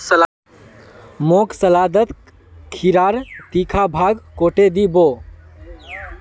मोक सलादत खीरार तीखा भाग काटे दी बो